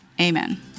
Amen